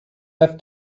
have